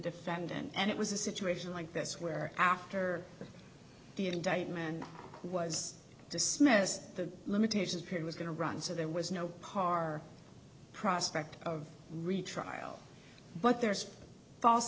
defendant and it was a situation like this where after the indictment was dismissed the limitations he was going to run so there was no car prospect of retrial but there's false